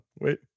Wait